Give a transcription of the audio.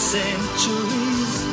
centuries